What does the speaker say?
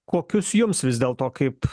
kokius jums vis dėlto kaip